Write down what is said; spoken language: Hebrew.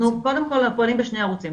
אנחנו פועלים בשני ערוצים.